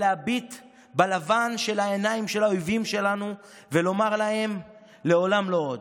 להביט בלבן שבעיני האויבים שלנו ולומר להם: לעולם לא עוד.